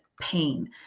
pain